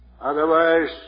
Otherwise